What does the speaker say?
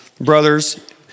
brothers